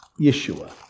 Yeshua